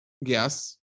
yes